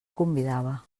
convidava